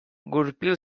gurpil